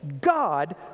God